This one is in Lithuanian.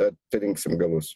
atrinksim galus